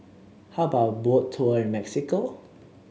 how about a Boat Tour in Mexico